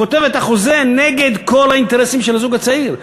כותב את החוזה נגד כל האינטרסים של הזוג הצעיר.